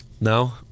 No